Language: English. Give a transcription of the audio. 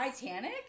titanic